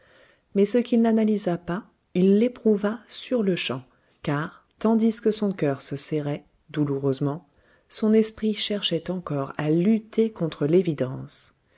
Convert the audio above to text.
mais ce qu'il n'analysa pas il l'éprouva sur-le-champ car tandis que son coeur se serrait douloureusement son esprit cherchait encore à lutter contre l'évidence